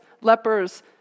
lepers